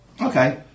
Okay